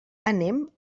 anem